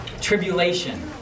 tribulation